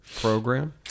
Program